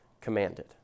commanded